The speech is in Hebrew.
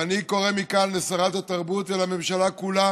ואני קורא מכאן לשרת התרבות ולממשלה כולה